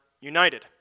united